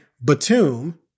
Batum